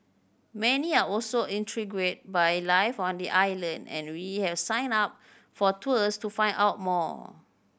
many are also intrigued by life on the island and we have signed up for tours to find out more